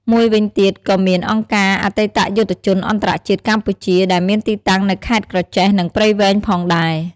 មួយវិញទៀតក៏មាន អង្គការអតីតយុទ្ធជនអន្តរជាតិកម្ពុជា ដែលមានទីតាំងនៅខេត្តក្រចេះ និង ព្រៃវែងផងដែរ។